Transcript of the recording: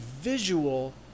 visual